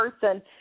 person